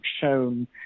shown